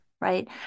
right